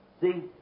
See